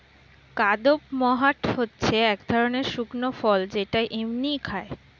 কাদপমহাট হচ্ছে এক ধরণের শুকনো ফল যেটা এমনিই খায়